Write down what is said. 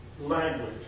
language